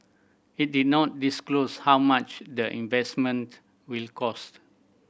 it did not disclose how much the investment will cost